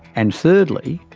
and thirdly,